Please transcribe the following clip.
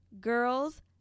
girls